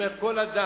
אני אומר, כל אדם,